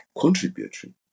contributory